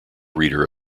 reader